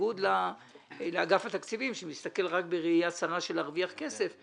בניגוד לאגף התקציבים שמסתכל רק בראייה צרה של להרוויח כסף,